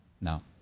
Now